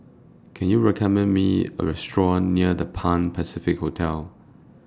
Can YOU recommend Me A Restaurant near The Pan Pacific Hotel